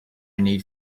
need